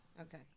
Okay